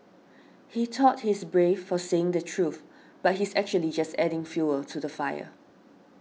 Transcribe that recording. he thought he's brave for saying the truth but he's actually just adding fuel to the fire